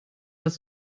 das